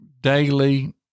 daily